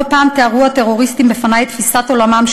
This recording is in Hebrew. לא פעם תיארו הטרוריסטים בפני את תפיסת עולמם,